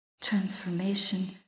transformation